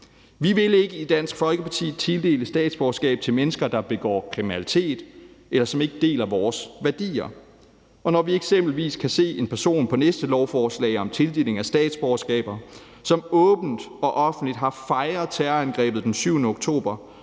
Vi vil ikke i Dansk Folkeparti tildele statsborgerskab til mennesker, der begår kriminalitet, eller som ikke deler vores værdier, og når vi eksempelvis kan se en person, som åbent og offentligt har fejret terrorangrebet den 7. oktober